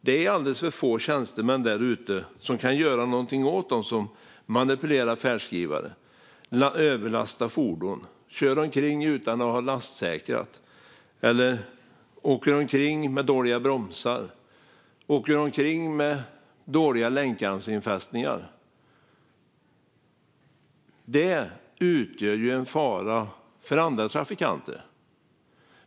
Det är alldeles för få tjänstemän där ute som kan göra någonting åt dem som manipulerar färdskrivare, överlastar fordon, kör omkring utan att ha lastsäkrat eller åker omkring med dåliga bromsar eller dåliga länkarmsinfästningar. Detta utgör en fara för andra trafikanter.